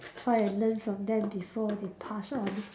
that's why I learn from them before they pass on